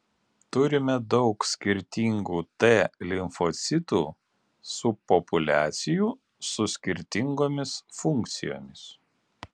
turime daug skirtingų t limfocitų subpopuliacijų su skirtingomis funkcijomis